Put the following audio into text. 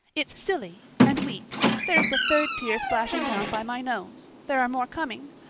it's silly and weak there's the third tear splashing down by my nose. there are more coming!